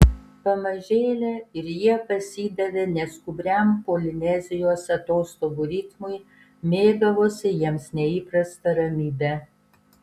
pamažėle ir jie pasidavė neskubriam polinezijos atostogų ritmui mėgavosi jiems neįprasta ramybe